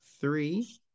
three